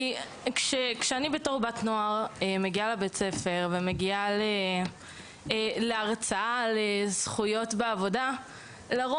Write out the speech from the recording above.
כי בתור נערה שמגיעה להרצאה בבית הספר על זכויות בעבודה,